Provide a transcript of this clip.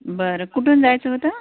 बरं कुठून जायचं होतं